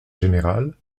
général